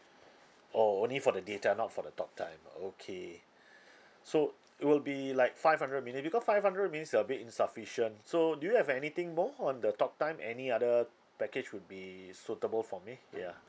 oh only for the data not for the talk time okay so it will be like five hundred minute because five hundred is a bit insufficient so do you have anything more on the talk time any other package would be suitable for me ya